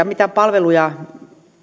mitä palveluja